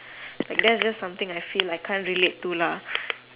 that that is something I feel like I can't really do lah